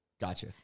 Gotcha